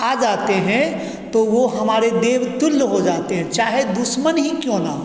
आ जाते हैं तो वो हमारे देवतुल्य हो जाते हैं चाहे दुश्मन ही क्यों न हों